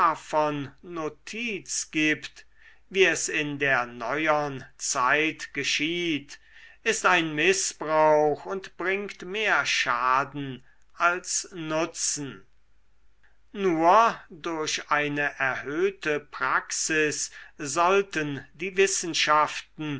gibt wie es in der neuern zeit geschieht ist ein mißbrauch und bringt mehr schaden als nutzen nur durch eine erhöhte praxis sollten die wissenschaften